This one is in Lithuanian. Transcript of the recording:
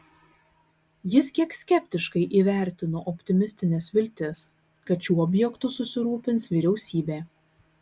jis kiek skeptiškai įvertino optimistines viltis kad šiuo objektu susirūpins vyriausybė